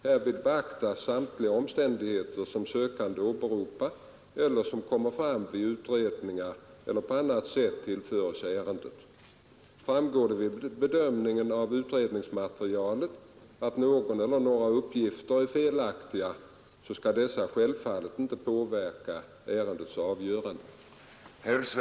Härvid beaktas samtliga omständigheter som sökanden åberopar eller som kommer fram vid utredningar eller på annat sätt tillförs ärendet. Framgår det vid bedömning av utredningsmaterialet att någon eller några uppgifter är felaktiga, skall dessa självfallet inte påverka ärendets avgörande.